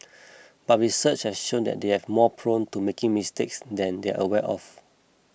but research has shown that they are more prone to making mistakes than they are aware of